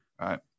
right